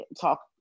talk